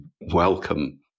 welcome